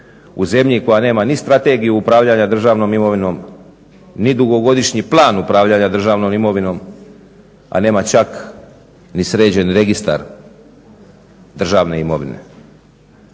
u zemlji koja nema ni strategiju upravljanja državnom imovinom ni dugogodišnji plan upravljanja državnom imovinom, a nema čak ni sređen registar državne imovine.